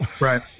Right